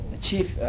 chief